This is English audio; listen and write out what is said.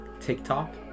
TikTok